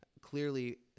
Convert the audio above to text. clearly